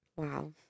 Wow